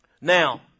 Now